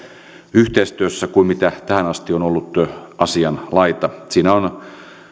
yhteistyössään kuin mikä tähän asti on ollut asianlaita siinä on